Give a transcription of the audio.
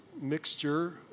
mixture